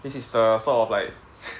this is the sort of like